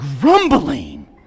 grumbling